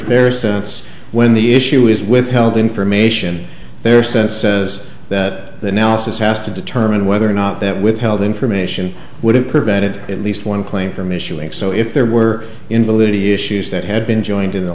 sense when the issue is withheld information they're sent says that now is has to determine whether or not that withheld information would have prevented at least one claim from issuing so if there were invalidity issues that had been joined in